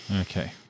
Okay